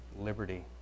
Liberty